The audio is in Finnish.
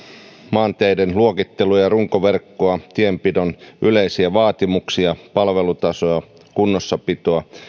maanteiden luokittelua ja runkoverkkoa tienpidon yleisiä vaatimuksia palvelutasoa kunnossapitoa